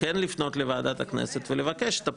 כן לפנות לוועדת הכנסת ולבקש את הפטור.